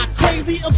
crazy